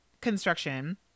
construction